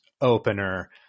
opener